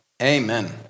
amen